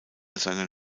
seiner